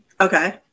Okay